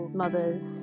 mothers